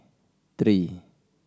three